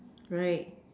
right